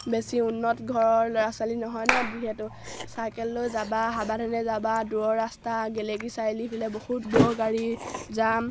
বেছি উন্নত ঘৰৰ ল'ৰা ছোৱালী নহয় নহ্ যিহেতু চাইকেল লৈ যাবা সাৱধানে যাবা দূৰৰ ৰাস্তা গেলেকী চাৰিআলি সেইফালে বহুত দূৰৰ গাড়ী জাম